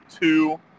two